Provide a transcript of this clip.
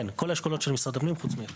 כן, זה כל האשכולות של משרד הפנים חוץ מאחד.